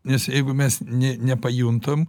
nes jeigu mes nė nepajuntam